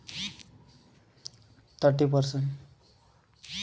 Credit card తీసుకోవాలంటే ఎంత ఆదాయం ఉండాలే?